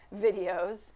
videos